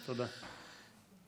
תודה.